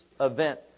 event